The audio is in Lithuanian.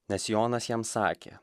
nes jonas jam sakė